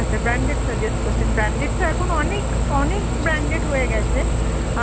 আচ্ছা branded suggest করছেন branded তো এখন অনেক অনেক ব্র্যান্ডেড হয়ে গেছে